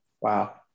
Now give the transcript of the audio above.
Wow